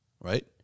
Right